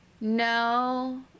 No